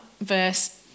verse